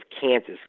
Kansas